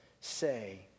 say